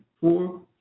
four